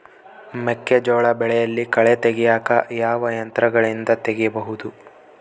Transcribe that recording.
ಮೆಕ್ಕೆಜೋಳ ಬೆಳೆಯಲ್ಲಿ ಕಳೆ ತೆಗಿಯಾಕ ಯಾವ ಯಂತ್ರಗಳಿಂದ ತೆಗಿಬಹುದು?